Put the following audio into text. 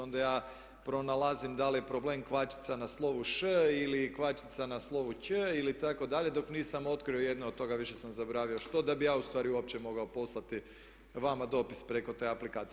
Onda ja pronalazim da li je problem kvačica na slovu š ili kvačica na slovu ć ili itd. dok nisam otkrio jedno od toga, više sam zaboravio što, da bi ja u stvari uopće mogao poslati vama dopis preko te aplikacije.